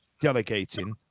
delegating